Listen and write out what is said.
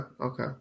okay